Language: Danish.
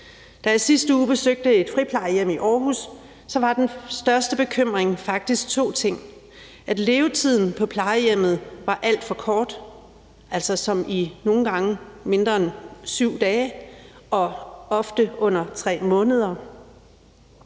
Da jeg i sidste uge besøgte et friplejehjem i Aarhus, var den største bekymring faktisk to ting: at levetiden på plejehjemmet var alt for kort, altså som i nogle gange mindre end 7 dage og ofte under 3 måneder,